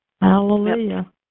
Hallelujah